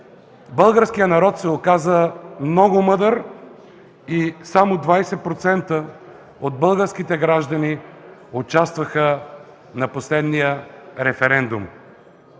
българският народ се оказа много мъдър и само 20% от българските граждани участваха на последния референдум.